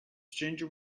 stranger